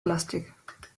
plastik